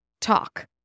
talk